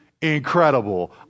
incredible